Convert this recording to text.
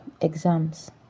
exams